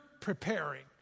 preparing